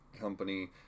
company